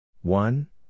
one